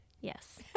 Yes